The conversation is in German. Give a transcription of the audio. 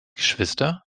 geschwister